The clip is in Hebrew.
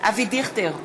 אבי דיכטר,